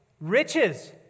riches